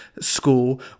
school